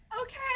Okay